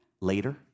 later